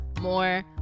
More